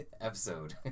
episode